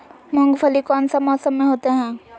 मूंगफली कौन सा मौसम में होते हैं?